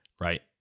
right